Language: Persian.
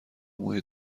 موی